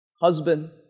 husband